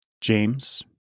James